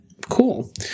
cool